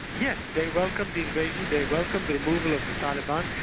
yeah they welcomed the invasion, they welcomed the removal of the taliban,